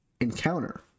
encounter